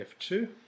F2